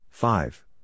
Five